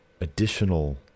additional